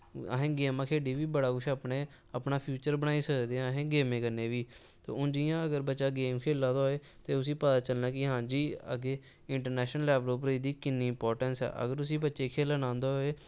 अस गेमां खेढियै बी बड़ा कुछ अपने अपना फ्यूचर बनाई सकने आं गेमें कन्नै बी ते हून जि'यां अगर बच्चा गेम खेला दा होऐ ते उस्सी पता चलना कि हां जी अग्गैं इंट्रनैशल लैवल पर एह्दी किन्नी इंपार्टैंस ऐ अगर उस्सी बच्चे गी खेलना आंदा होऐ ते